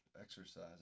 exercise